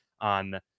on